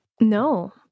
no